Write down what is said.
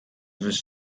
which